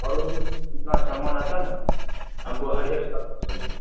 اور انہیں کتنا سامان آتا نا ہم کو ہر ایک سامان چاہیے